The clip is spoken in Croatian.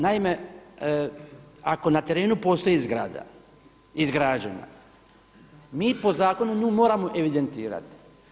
Naime, ako na terenu postoji zgrada izgrađena, mi po zakonu nju moramo evidentirati.